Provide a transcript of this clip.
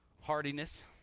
Hardiness